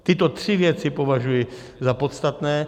Tyto tři věci považuji za podstatné.